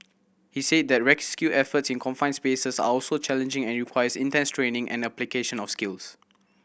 he said that rescue efforts in confined spaces are also challenging and requires intense training and application of skills